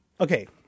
okay